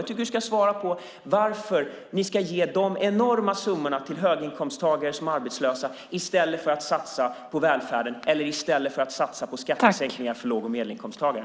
Jag tycker att du ska svara på varför ni ska ge dessa enorma summor till höginkomsttagare som är arbetslösa i stället för att satsa på välfärden eller i stället för att satsa på skattesänkningar för låg och medelinkomsttagare.